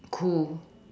cool